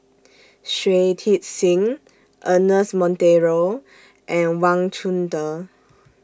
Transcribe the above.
Shui Tit Sing Ernest Monteiro and Wang Chunde